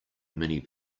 many